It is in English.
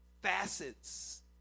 Facets